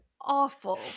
awful